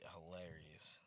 Hilarious